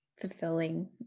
fulfilling